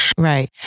Right